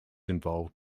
involved